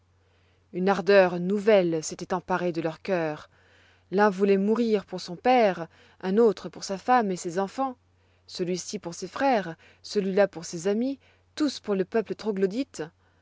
une ardeur nouvelle s'étoit emparée de leur cœur l'un vouloit mourir pour son père un autre pour sa femme et ses enfants celui-ci pour ses frères celui-là pour ses amis tous pour le peuple troglodyte